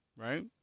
right